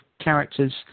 characters